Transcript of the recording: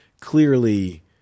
clearly